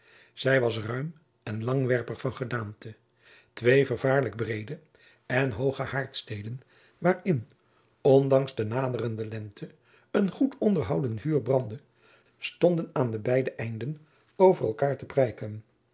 zij was ruim en langwerpig van gedaante twee vervaarlijk breede en hooge haardsteden waarin ondanks de naderende lente een goed onderhouden vuur brandde stonjacob van lennep de pleegzoon den aan de beide einden over elkaêr te prijken